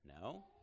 No